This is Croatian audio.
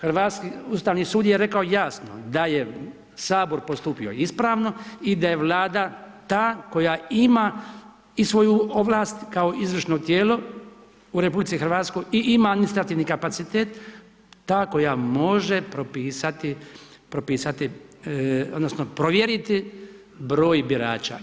Hrvatski Ustavni sud je rekao jasno, da je Sabor postupio ispravno i da je Vlada ta koja ima i svoju ovlast kao izvršno tijelo u RH i ima administrativni kapacitet ta koja može propisati, propisati odnosno provjeriti broj birača.